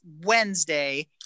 wednesday